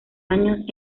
años